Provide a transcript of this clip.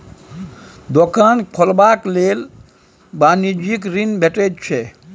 दोकान खोलबाक लेल वाणिज्यिक ऋण भेटैत छै